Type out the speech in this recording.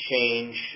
change